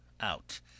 out